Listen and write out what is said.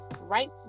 right